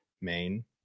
main